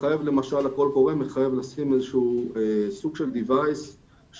הקול קורא מחייב לשים איזה שהוא סוג של רכיב שרוטט